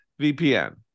VPN